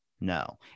no